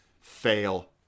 fail